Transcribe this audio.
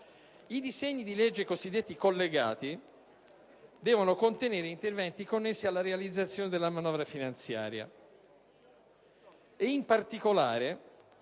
i disegni di legge cosiddetti collegati devono contenere interventi connessi alla realizzazione della manovra finanziaria. In particolare,